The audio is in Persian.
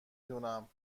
دونم